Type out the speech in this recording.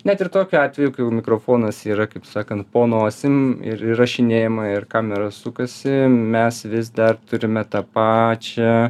net ir tokiu atveju mikrofonas yra kaip sakant po nosim ir įrašinėjama ir kamera sukasi mes vis dar turime tą pačią